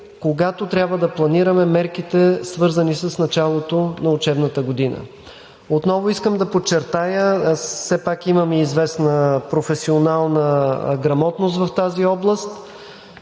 когато трябва да планираме мерките, свързани с началото на учебната година. Отново искам да подчертая – все пак имам известна професионална грамотност в тази област,